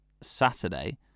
Saturday